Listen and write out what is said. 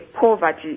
poverty